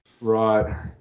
Right